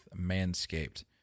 Manscaped